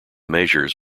measures